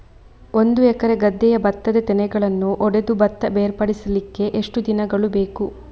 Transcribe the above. ಒಂದು ಎಕರೆ ಗದ್ದೆಯ ಭತ್ತದ ತೆನೆಗಳನ್ನು ಹೊಡೆದು ಭತ್ತ ಬೇರ್ಪಡಿಸಲಿಕ್ಕೆ ಎಷ್ಟು ದಿನಗಳು ಬೇಕು?